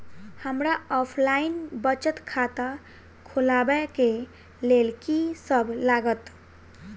हमरा ऑफलाइन बचत खाता खोलाबै केँ लेल की सब लागत?